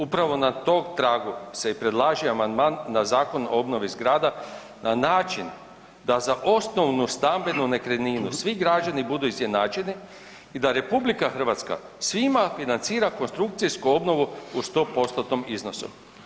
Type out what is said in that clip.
Upravo na tom tragu se i predlaže amandman na Zakon o obnovi zgrada na način da za osnovnu stambenu nekretninu svi građani budu izjednačeni i da RH svima financira konstrukcijsku obnovu u 100%-tnom iznosu.